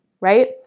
right